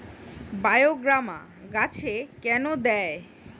বায়োগ্রামা গাছে কেন দেয়?